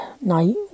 night